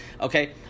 Okay